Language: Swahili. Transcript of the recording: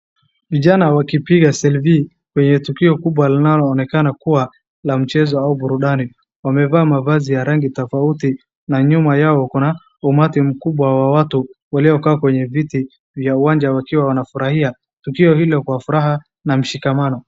Vijana a wakipiga selfie kwenye tukio kubwa linaonekana kuwa la mchezo au burudani. Wamevaa mavazi ya rangi tofauti na nyuma yao kuna umati mkubwa wa watu waliokaa kwenye viti ya uwanja wakiwa wanafurahia tukio Hilo Kwa furaha na mshikamano.